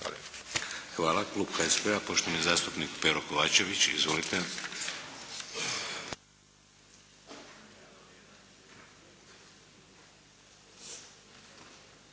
Hvala. Klub HSP-a poštovani zastupnik Pero Kovačević. Izvolite.